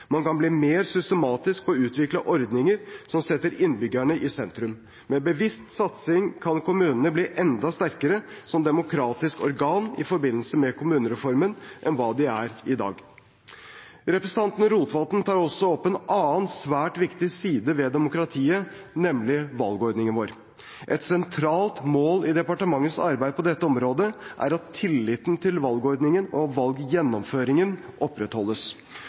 Man kan bli mer systematisk på å utvikle ordninger som setter innbyggerne i sentrum. Med bevisst satsing kan kommunene bli enda sterkere som demokratiske organ i forbindelse med kommunereformen enn hva de er i dag. Representanten Rotevatn tar også opp en annen svært viktig side ved demokratiet, nemlig valgordningen vår. Et sentralt mål i departementets arbeid på dette området er at tilliten til valgordningen og valggjennomføringen opprettholdes.